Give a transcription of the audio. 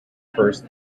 first